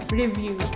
review